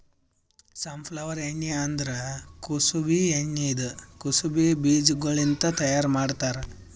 safflower ಎಣ್ಣಿ ಅಂದುರ್ ಕುಸುಬಿ ಎಣ್ಣಿ ಇದು ಕುಸುಬಿ ಬೀಜಗೊಳ್ಲಿಂತ್ ತೈಯಾರ್ ಮಾಡ್ತಾರ್